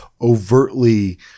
overtly